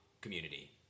community